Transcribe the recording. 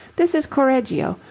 this is correggio,